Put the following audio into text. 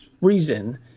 reason